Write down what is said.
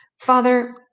Father